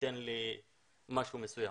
שתיתן לי משהו מסוים,